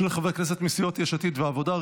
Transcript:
של חברי כנסת מסיעות יש עתיד והעבודה.